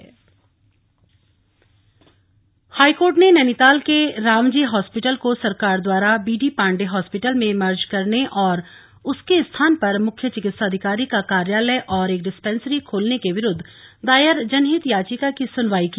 याचिका सुनवाई हाईकोर्ट ने नैनीताल के रामजे हॉस्पिटल को सरकार द्वारा बीडी पांडे हॉस्पिटल में मर्ज करने और उसके स्थान पर मुख्य चिकित्सा अधिकारी का कार्यालय और एक डिस्पेंसरी खोलने के विरुद्व दायर जनहित याचिका की सुनवाई की